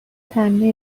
تأمین